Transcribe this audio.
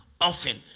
often